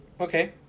Okay